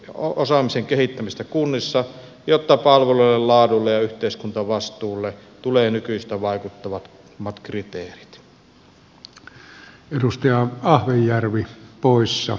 tarvitaan hankintaosaamisen kehittämistä kunnissa jotta palveluiden laadulle ja yhteiskuntavastuulle tulee nykyistä vaikuttavammat kriteerit